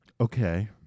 Okay